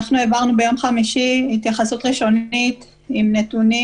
אנחנו העברנו ביום חמישי התייחסות ראשונית עם נתונים